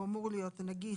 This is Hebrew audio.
אמור להיות נגיש,